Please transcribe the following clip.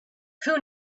who